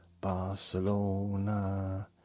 Barcelona